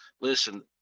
Listen